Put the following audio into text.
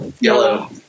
Yellow